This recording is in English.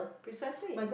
precisely